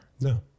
no